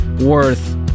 worth